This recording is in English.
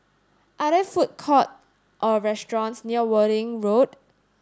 are there food court or restaurants near Worthing Road